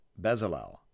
Bezalel